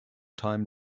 time